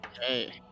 Hey